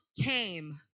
came